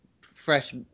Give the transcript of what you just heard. fresh